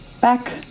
Back